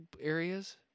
areas